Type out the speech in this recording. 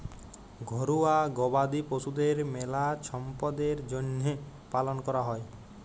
ঘরুয়া গবাদি পশুদের মেলা ছম্পদের জ্যনহে পালন ক্যরা হয়